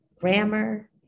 grammar